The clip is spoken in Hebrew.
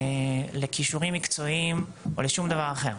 לכישורים מקצועיים או לשום דבר אחר.